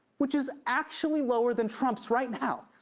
which is actually lower than trump's right now.